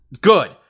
good